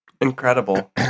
Incredible